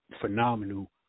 phenomenal